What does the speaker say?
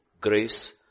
grace